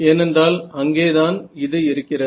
ஏனென்றால் அங்கேதான் இது இருக்கிறது